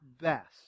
best